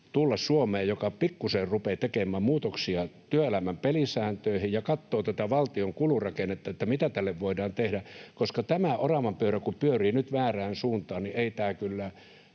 tulla Suomeen, joka pikkusen rupeaa tekemään muutoksia työelämän pelisääntöihin ja katsoo tätä valtion kulurakennetta, että mitä tälle voidaan tehdä. Tämä oravanpyörä kun pyörii nyt väärään suuntaan, niin tästä ei hyvä